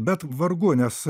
bet vargu nes